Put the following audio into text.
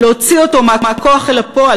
להוציא אותו מהכוח אל הפועל,